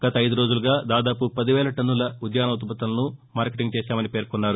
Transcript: గత ఐదు రోజులుగా దాదాపు పదివేల టన్నుల ఉద్యాన ఉత్పత్తులను మార్కెటింగ్ చేశామని పేర్కొన్నారు